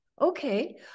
Okay